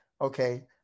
okay